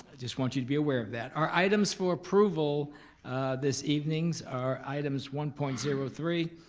just want you to be aware of that. our items for approval this evening's are items one point zero three,